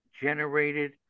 generated